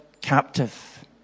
captive